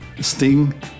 Sting